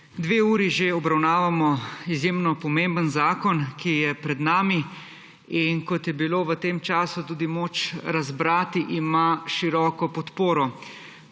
Dve uri že obravnavamo izjemno pomemben zakon, ki je pred nami, in kot je bilo v tem času tudi moč razbrati, ima široko podporo